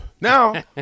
now